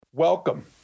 Welcome